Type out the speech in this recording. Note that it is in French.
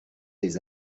ses